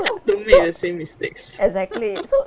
~o so exactly so